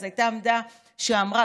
אז הייתה עמדה שאמרה,